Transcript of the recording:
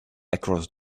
across